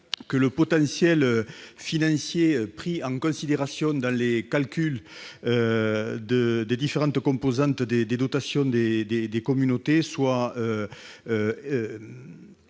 que le potentiel financier pris en considération dans le calcul des différentes composantes des dotations soit fondé sur